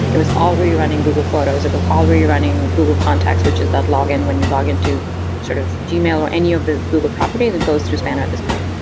it was already running google photos. it was already running google contacts, which is that login when you log in to sort of gmail or any of the google properties. it goes through spanner at this point.